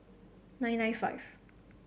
nine nine five